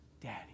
daddy